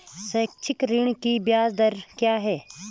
शैक्षिक ऋण की ब्याज दर क्या है?